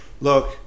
look